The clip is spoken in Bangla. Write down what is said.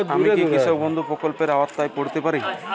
আমি কি কৃষক বন্ধু প্রকল্পের আওতায় পড়তে পারি?